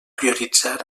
prioritzar